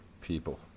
people